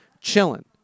Chilling